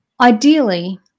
ideally